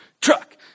truck